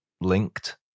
linked